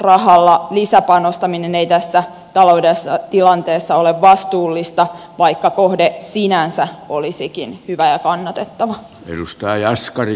lisävelkarahalla lisäpanostaminen ei tässä taloudellisessa tilanteessa ole vastuullista vaikka kohde sinänsä olisikin hyvä ja kannatettava